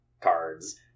cards